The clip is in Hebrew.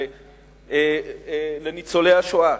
לניצולי השואה.